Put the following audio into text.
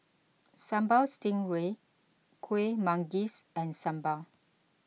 Sambal Stingray Kuih Manggis and Sambal